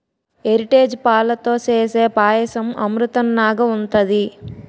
Heritage పాలతో సేసే పాయసం అమృతంనాగ ఉంటది